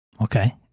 Okay